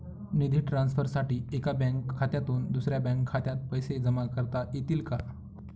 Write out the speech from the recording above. निधी ट्रान्सफरसाठी एका बँक खात्यातून दुसऱ्या बँक खात्यात पैसे जमा करता येतील का?